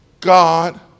God